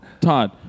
Todd